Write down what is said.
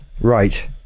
right